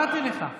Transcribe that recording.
קראתי לך.